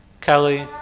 Kelly